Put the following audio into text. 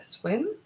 swim